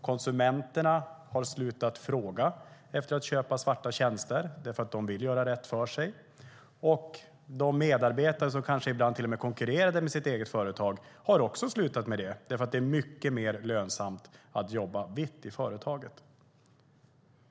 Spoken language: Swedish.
Konsumenterna har slutat fråga efter svarta tjänster eftersom de vill göra rätt för sig, och de medarbetare som kanske konkurrerade med företaget har slutat med det eftersom det är mycket mer lönsamt att jobba vitt i företaget.